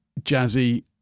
jazzy